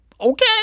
okay